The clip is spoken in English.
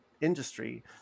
industry